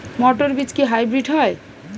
মটর বীজ কি হাইব্রিড হয়?